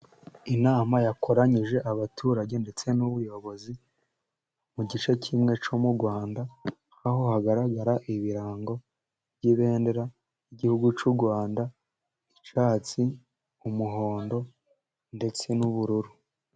Inama yakoranyije abaturage ndetse n'ubuyobozi mu gice kimwe cyo mu Rwanda, aho hagaragara ibirango by'ibendera ry'igihugu cy'u Rwanda, icyatsi, umuhondo ndetse n'ubururu.